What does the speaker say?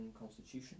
Constitution